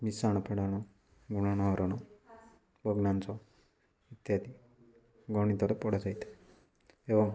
ମିଶାଣ ଫେଡ଼ାଣ ଗୁଣନ ହରଣ ଭଗ୍ନାଶ ଇତ୍ୟାଦି ଗଣିତରେ ପଢ଼ାଯାଇଥାଏ ଏବଂ